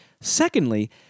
Secondly